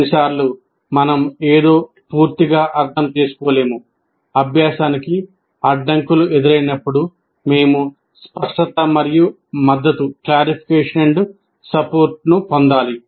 కొన్నిసార్లు మనం ఏదో పూర్తిగా అర్థం చేసుకోలేము అభ్యాసానికి అడ్డంకులు ఎదురైనప్పుడు మేము స్పష్టత మరియు మద్దతు పొందాలి